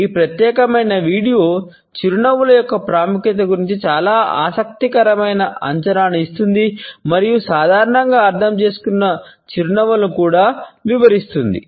ఈ ప్రత్యేకమైన వీడియో చిరునవ్వుల యొక్క ప్రాముఖ్యత గురించి చాలా ఆసక్తికరమైన అంచనాను ఇస్తుంది మరియు సాధారణంగా అర్థం చేసుకున్న చిరునవ్వులను కూడా వివరిస్తుంది